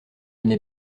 n’ai